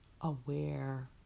aware